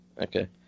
okay